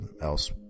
else